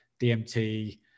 DMT